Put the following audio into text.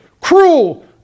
cruel